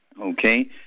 Okay